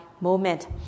moment